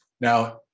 Now